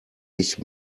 ich